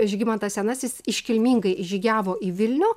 žygimantas senasis iškilmingai įžygiavo į vilnių